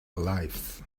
lives